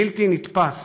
בלתי נתפס.